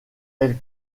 elle